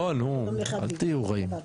לא, נו, אל תהיו רעים.